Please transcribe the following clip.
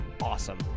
awesome